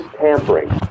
tampering